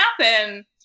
happen